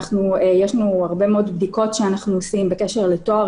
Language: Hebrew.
יש לנו הרבה מאוד בדיקות שאנחנו עושים בקשר לטוהר